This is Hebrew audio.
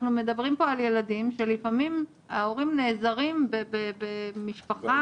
אנחנו מדברים פה על ילדים שלפעמים ההורים נעזרים בבני משפחה